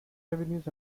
revenues